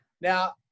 Now